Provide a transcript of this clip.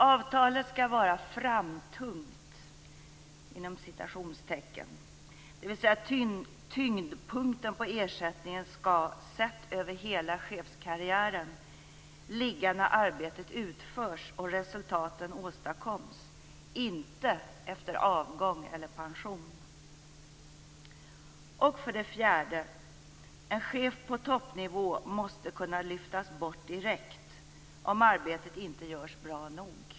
För det tredje skall avtalet vara "framtungt", dvs. att tyngdpunkten på ersättningen skall sett över hela chefskarriären ligga när arbetet utförs och resultaten åstadkoms, inte efter avgång eller pension. För det fjärde måste en chef på toppnivå kunna lyftas bort direkt om arbetet inte görs bra nog.